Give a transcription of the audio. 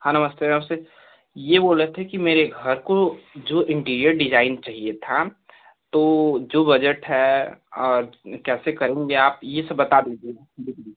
हाँ नमस्ते नमस्ते ये बोल रहे थे कि मेरे घर को जो इंटीरियर डिजाइन चाहिए था तो जो बजट है और कैसे करेंगे आप ये सब बता दीजिएगा